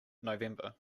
november